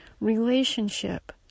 relationship